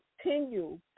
continue